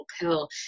pill